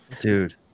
dude